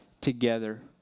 together